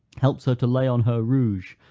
helps her to lay on her rouge,